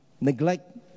Neglect